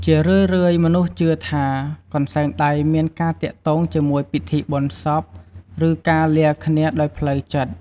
ជារឿយៗមនុស្សជឿថា កន្សែងដៃមានការទាក់ទងជាមួយពិធីបុណ្យសព ឬការលាគ្នាដោយផ្លូវចិត្ត។